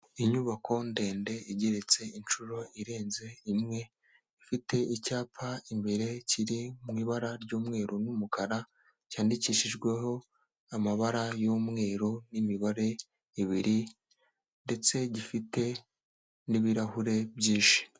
Inyubako ndende igeretse inshuro irenze imwe, ifite icyapa imbere kiri mu ibara ry'umweru n'umukara, cyandikishijweho amabara y'umweru n'imibare ibiri ndetse gifite n'ibirahure byinshi.